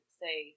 say